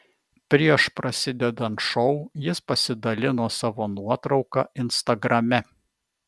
prieš prasidedant šou jis pasidalino savo nuotrauka instagrame